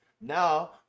now